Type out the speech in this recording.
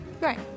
Right